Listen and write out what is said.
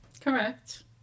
Correct